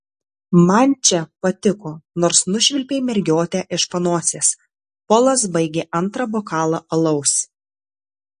man čia patiko nors nušvilpei mergiotę iš panosės polas baigė antrą bokalą alaus